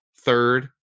third